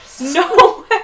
no